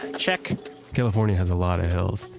and check california has a lot of hills.